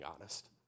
honest